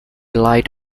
light